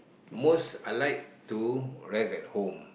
most I like to rest at home